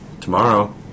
Tomorrow